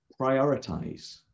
prioritize